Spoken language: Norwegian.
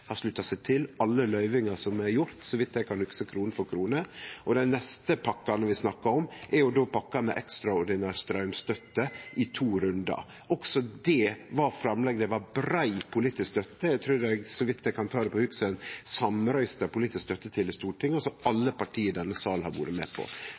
har slutta seg til alle løyvingar som er gjorde, så vidt eg kan hugse, krone for krone. Dei neste pakkane vi snakkar om, er pakkar med ekstraordinær straumstøtte i to rundar. Også det var framlegg det var brei politiske støtte til – eg trur, etter det eg hugsar, det var samrøystes politisk støtte til det i Stortinget, at alle parti i denne salen har vore med på